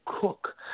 cook